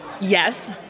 Yes